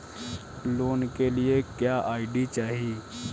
Loan के लिए क्या आई.डी चाही?